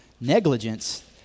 negligence